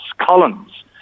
Collins